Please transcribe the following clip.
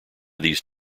these